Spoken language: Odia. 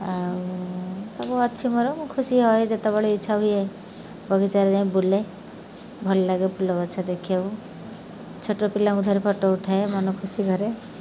ଆଉ ସବୁ ଅଛି ମୋର ମୁଁ ଖୁସି ହୁଏ ଯେତେବେଳେ ଇଚ୍ଛା ହୁଏ ବଗିଚାରେ ଯାଇ ବୁଲେ ଭଲଲାଗେ ଫୁଲଗଛ ଦେଖିବାକୁ ଛୋଟପିଲାଙ୍କୁ ଧରି ଫଟୋ ଉଠାଏ ମନ ଖୁସି ଘରେ